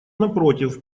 напротив